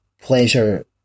pleasure